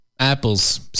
Apple's